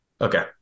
Okay